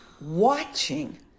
Watching